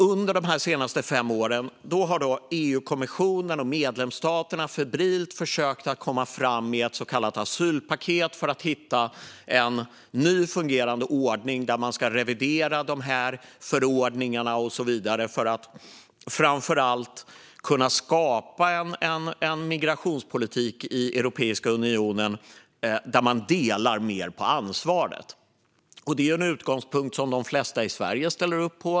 Under de senaste fem åren har EU-kommissionen och medlemsstaterna febrilt försökt att komma fram med ett så kallat asylpaket för att hitta en ny fungerande ordning i vilken man ska revidera förordningarna för att framför allt kunna skapa en migrationspolitik inom Europeiska unionen där man delar mer på ansvaret. Det är en utgångspunkt som de flesta i Sverige ställer upp på.